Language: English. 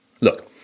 Look